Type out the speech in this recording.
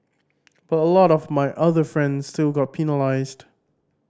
but a lot of my other friends still got penalised